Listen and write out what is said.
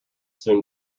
soon